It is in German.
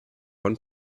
von